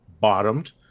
bottomed